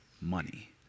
money